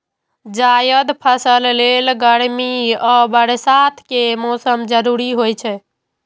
जायद फसल लेल गर्मी आ बरसात के मौसम जरूरी होइ छै